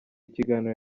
ikiganiro